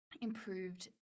improved